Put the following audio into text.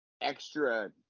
Extra